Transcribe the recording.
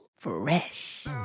Fresh